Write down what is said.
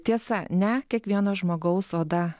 tiesa ne kiekvieno žmogaus oda